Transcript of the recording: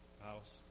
house